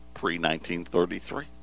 pre-1933